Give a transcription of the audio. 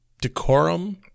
decorum